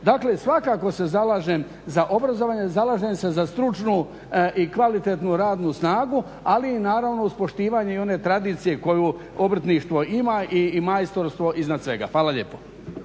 Dakle svakako se zalažem za obrazovanje, zalažem se za stručnu i kvalitetnu radnu snagu ali naravno uz poštivanje i one tradicije koju obrtništvo ima i majstorstvo iznad svega. Hvala lijepo.